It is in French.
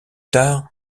tard